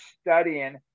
studying